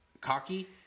cocky